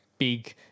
big